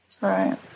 right